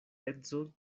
edzo